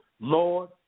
Lord